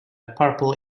purple